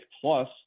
plus